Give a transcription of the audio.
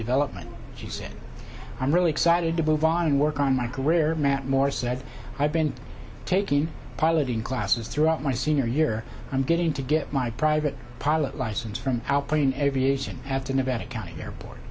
development she said i'm really excited to move on and work on my career matt moore said i've been taking piloting classes throughout my senior year i'm getting to get my private pilot license from outplaying aviation have to nevada county airport